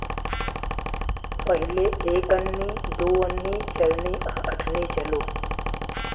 पहिले एक अन्नी, दू अन्नी, चरनी आ अठनी चलो